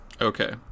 Okay